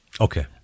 Okay